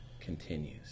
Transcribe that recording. continues